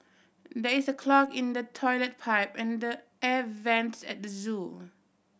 there is a clog in the toilet pipe and the air vents at the zoo